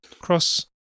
cross